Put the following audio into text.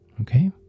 Okay